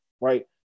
right